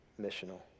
missional